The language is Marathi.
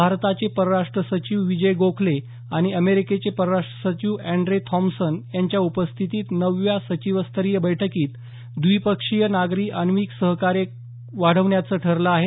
भारताचे परराष्ट्र सचिव विजय गोखले आणि अमेरिकेचे परराष्ट्र सचिव अँड्रे थाँमसन यांच्या उपस्थितीत नवव्या सचिवरतरीय बैठन्वीत द्विपक्षीय नागरी आण्विक सहकार्य वाढवण्याचंही ठरलं आहे